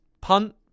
punt